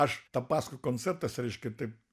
aš tą pasakoju koncertuose reiškia taip